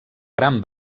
gran